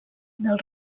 del